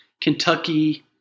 Kentucky